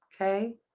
okay